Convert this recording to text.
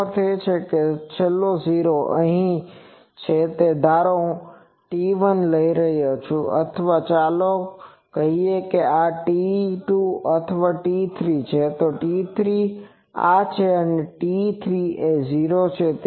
તેનો અર્થ એ કે છેલ્લો 0 અહીં છે ધારો કે હું T1 લઈ રહ્યો છું અથવા ચાલો કહીએ કે આ T2 અથવા T3 છે તો T3 આ છે અને T3 એ 0 છે